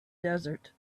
desert